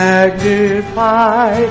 Magnify